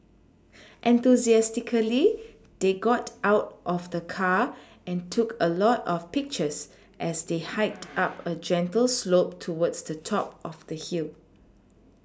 enthusiastically they got out of the car and took a lot of pictures as they hiked up a gentle slope towards the top of the hill